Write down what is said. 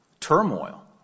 turmoil